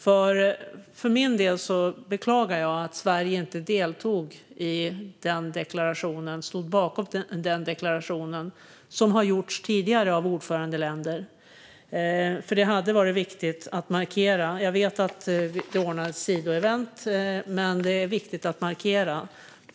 För min del beklagar jag att Sverige inte stod bakom den deklarationen, som tidigare ordförandeländer har gjort. Det hade varit viktigt att markera. Jag vet att det ordnades sidoevent, men det är viktigt att markera.